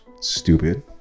Stupid